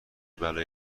بلایی